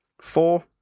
four